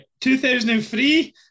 2003